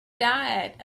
diet